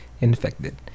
infected